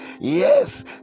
yes